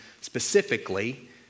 specifically